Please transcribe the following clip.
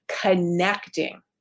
connecting